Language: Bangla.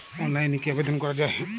অনলাইনে কি আবেদন করা য়ায়?